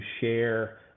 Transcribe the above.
share